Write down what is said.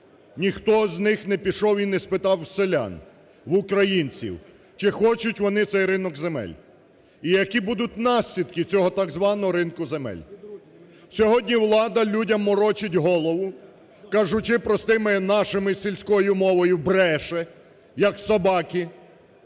ніхто з них не пішов і не спитав у селян, в українців чи хочуть вони цей ринок земель і які будуть наслідки цього, так званого, ринку земель? Сьогодні влада людям морочить голову, кажучи простою нашою сільською мовою, бреше, як собаки,